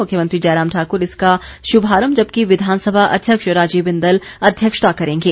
मुख्यमंत्री जयराम ठाकुर इसका शुभारम्म जबकि विधानसभा अध्यक्ष राजीव बिंदल अध्यक्षता करेंगे